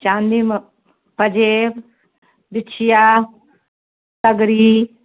चाँदीमे पाजेब बिछिआ छगरी